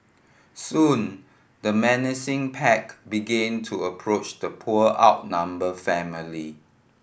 soon the menacing pack began to approach the poor outnumber family